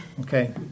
Okay